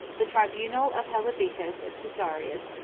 the tribunal of hellebicus and caesarius,